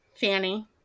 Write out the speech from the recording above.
Fanny